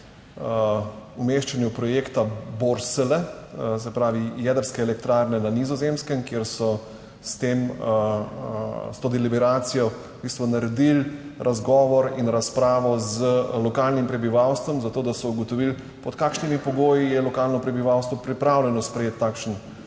umeščanju projekta Borssele, se pravi, jedrske elektrarne na Nizozemskem, kjer so s tem, s to deliberacijo v bistvu naredili razgovor in razpravo z lokalnim prebivalstvom, zato da so ugotovili, pod kakšnimi pogoji je lokalno prebivalstvo pripravljeno sprejeti